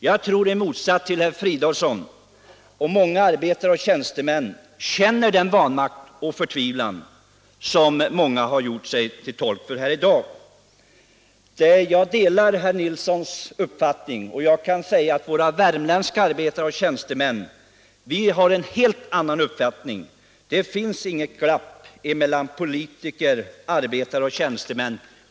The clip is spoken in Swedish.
Jag tror i motsats till herr Fridolfsson att många arbetare och tjänstemän känner den vanmakt och förtvivlan som flera talare har gjort sig till tolk för här i dag. Jag delar herr Nilssons i Kalmar uppfattning, och jag kan säga att våra värmländska arbetare och tjänstemän har en helt annan uppfattning än herr Fridolfsson. Det finns inget glapp mellan politiker, arbetare och tjänstemän.